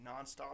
nonstop